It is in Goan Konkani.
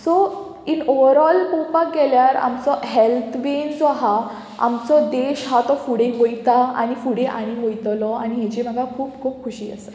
सो इन ओवरऑल पोवपाक गेल्यार आमचो हेल्थ बेन जो आहा आमचो देश आहा तो फुडें वयता आनी फुडें आनीक वयतलो आनी हेजी म्हाका खूब खूब खुशी आसा